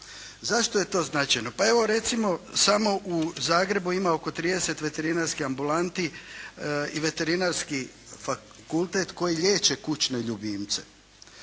Zašto je to značajno? Pa evo recimo samo u Zagrebu ima oko 30 veterinarskih ambulanti i Veterinarski fakultet koji liječe kućne ljubimce.